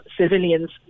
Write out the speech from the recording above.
civilians